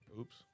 oops